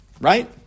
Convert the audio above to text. right